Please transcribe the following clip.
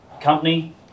company